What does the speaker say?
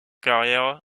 carrière